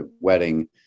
wedding